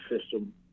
system